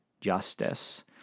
justice